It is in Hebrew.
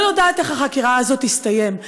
לא יודעת איך החקירה הזאת תסתיים,